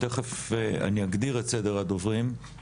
תיכף אני אגדיר את סדר הדוברים,